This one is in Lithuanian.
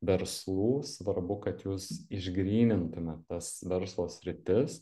verslų svarbu kad jūs išgrynintumėt tas verslo sritis